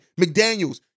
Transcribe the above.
McDaniels